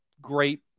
great